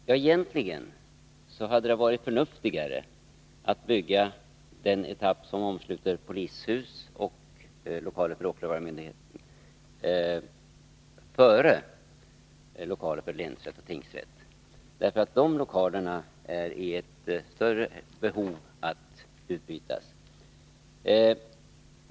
Herr talman! Egentligen hade det varit förnuftigare att bygga den etapp som omsluter polishus och lokaler för åklagarmyndigheten före lokaler för länsrätt och tingsrätt. De lokalerna är nämligen i större behov av att bytas ut.